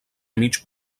mig